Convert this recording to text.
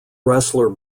wrestler